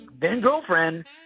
then-girlfriend